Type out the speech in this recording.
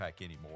anymore